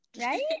right